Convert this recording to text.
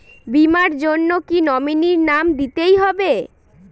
বীমার জন্য কি নমিনীর নাম দিতেই হবে?